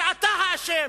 אתה האשם,